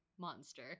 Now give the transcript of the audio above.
monster